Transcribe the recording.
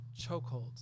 chokeholds